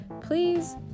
Please